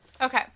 Okay